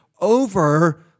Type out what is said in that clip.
over